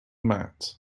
mat